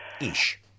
Ish